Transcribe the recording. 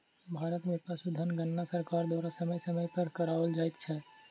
भारत मे पशुधन गणना सरकार द्वारा समय समय पर कराओल जाइत छै